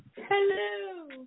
Hello